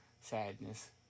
sadness